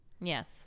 Yes